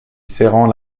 serrant